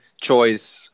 choice